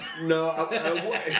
No